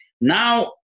Now